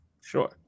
Sure